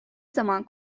zaman